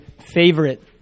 favorite